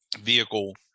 vehicle